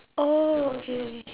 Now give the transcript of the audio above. oh okay okay